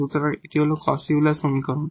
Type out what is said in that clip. সুতরাং এটি হল Cauchy Euler সমীকরণ